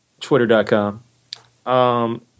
twitter.com